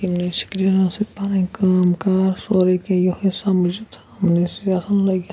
یِمنٕے سِکریٖنَن سۭتۍ پَنٕنۍ کٲم کار سورُے کینٛہہ یوٚہَے سَمٕجھ یِمنٕے سۭتۍ آسان لٔگِتھ